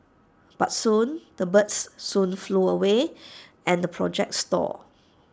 but soon the birds soon flew away and the project stalled